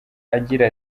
agira